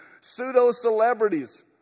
pseudo-celebrities